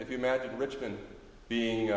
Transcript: if you imagine richmond being